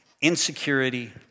insecurity